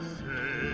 say